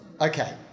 okay